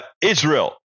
Israel